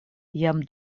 jam